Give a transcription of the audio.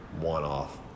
one-off